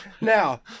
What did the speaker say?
now